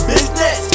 Business